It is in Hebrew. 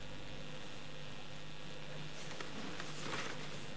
ההצעה להעביר את